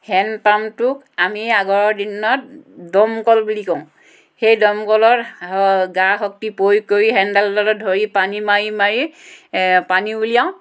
hand পাম্পটোক আমি আগৰ দিনত দমকল বুলি কওঁ সেই দমকলত গা শক্তি প্ৰয়োগ কৰি হেণ্ডেলডালত ধৰি পানী মাৰি মাৰি পানী উলিয়াওঁ